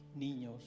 niños